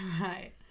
Right